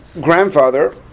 grandfather